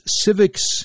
civics